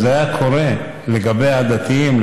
לגבי הדתיים,